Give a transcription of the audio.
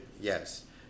Yes